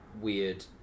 weird